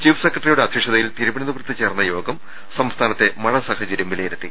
chief സെക്രട്ടറിയുടെ അധൃക്ഷതയിൽ തിരുവനന്തപുരത്ത് ചേർന്ന യോഗം സംസ്ഥാനത്തെ മഴ സാഹചരൃം വിലയിരുത്തി